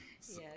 Yes